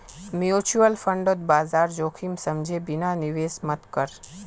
mutual फंडत बाजार जोखिम समझे बिना निवेश मत कर